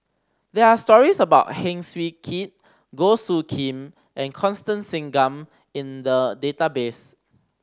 there are stories about Heng Swee Keat Goh Soo Khim and Constance Singam in the database